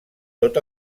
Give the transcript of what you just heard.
tot